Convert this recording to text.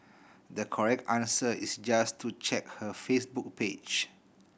the correct answer is just to check her Facebook page